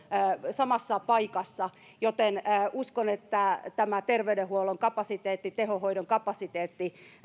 samassa paikassa joten uskon että terveydenhuollon kapasiteetti tehohoidon kapasiteetti